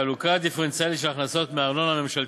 חלוקה דיפרנציאלית של הכנסות מארנונה ממשלתית,